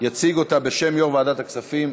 מוועדת החוקה,